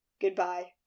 Goodbye